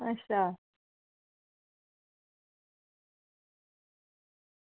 अच्छा